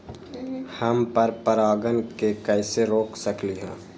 हम पर परागण के कैसे रोक सकली ह?